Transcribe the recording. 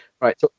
Right